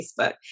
Facebook